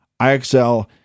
IXL